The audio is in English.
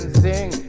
sing